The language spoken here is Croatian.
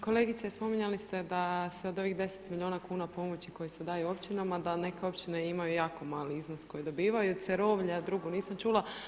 Kolegice spominjali ste da se od ovih 10 milijuna kuna pomoći koje se daju općinama da neke općine imaju jako mali iznos koji dobivaju, Cerovlje a drugu nisam čula.